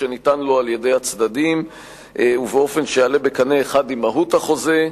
שניתן לו על-ידי הצדדים ובאופן שיעלה בקנה אחד עם מהות החוזה.